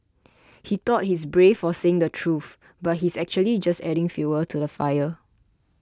he thought he's brave for saying the truth but he's actually just adding fuel to the fire